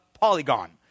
polygon